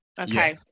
okay